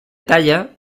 talla